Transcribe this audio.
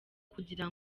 kugira